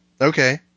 Okay